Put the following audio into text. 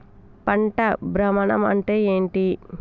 పంట భ్రమణం అంటే ఏంటి?